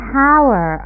power